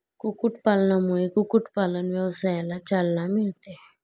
कुक्कुटपालनामुळे कुक्कुटपालन व्यवसायाला चालना मिळते